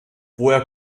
woher